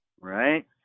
Right